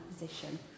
position